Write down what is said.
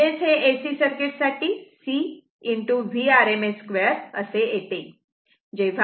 म्हणजे हे AC circuit साठी C v rms 2 असे येते